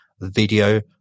video